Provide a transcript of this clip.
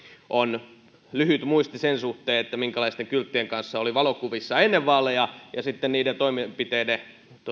on lyhyt muisti sen suhteen minkälaisten kylttien kanssa oli valokuvissa ennen vaaleja ja sitten niiden toimenpiteiden